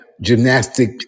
gymnastic